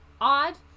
odd